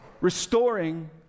restoring